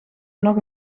nog